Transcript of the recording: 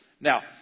Now